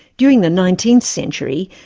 during the nineteenth century,